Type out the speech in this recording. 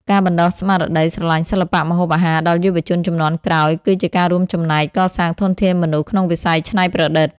ការបណ្តុះស្មារតីស្រឡាញ់សិល្បៈម្ហូបអាហារដល់យុវជនជំនាន់ក្រោយ គឺជាការរួមចំណែកកសាងធនធានមនុស្សក្នុងវិស័យច្នៃប្រឌិត។